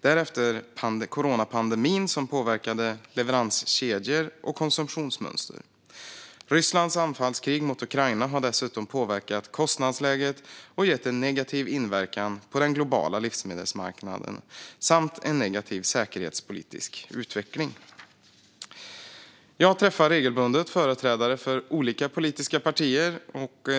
Därefter kom coronapandemin, som påverkade leveranskedjor och konsumtionsmönster. Rysslands anfallskrig mot Ukraina har dessutom påverkat kostnadsläget och gett en negativ inverkan på den globala livsmedelsmarknaden samt en negativ säkerhetspolitisk utveckling. Jag träffar regelbundet företrädare för olika politiska partier.